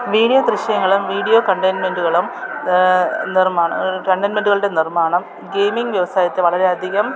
video ദൃശ്യങ്ങളും video കണ്ടെൻ്റുകളും നിർമ്മാണം കണ്ടെൻ്റുകളുടെ നിർമ്മാണം ഗെയിമിംഗ് വ്യവസായത്തെ വളരെയധികം